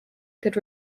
could